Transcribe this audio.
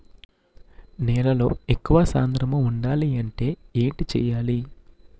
నేలలో ఎక్కువ సాంద్రము వుండాలి అంటే ఏంటి చేయాలి?